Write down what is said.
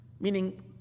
meaning